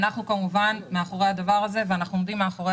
אנחנו כמובן מאחורי הדבר הזה ואנחנו עומדים מאחורי